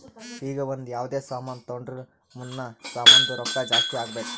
ಈಗ ಒಂದ್ ಯಾವ್ದೇ ಸಾಮಾನ್ ತೊಂಡುರ್ ಮುಂದ್ನು ಸಾಮಾನ್ದು ರೊಕ್ಕಾ ಜಾಸ್ತಿ ಆಗ್ಬೇಕ್